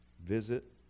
visit